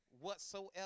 whatsoever